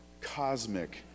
cosmic